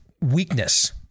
weakness